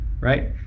right